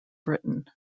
britain